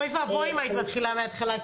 אוי ואבוי אם היית מתחילה מהתחלה,